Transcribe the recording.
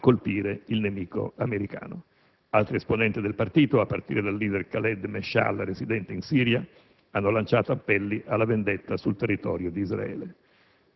a «colpire il nemico americano». Altri esponenti del partito, a partire dal *leader* Khaled Meshaal, residente in Siria, hanno lanciato appelli alla vendetta sul territorio di Israele.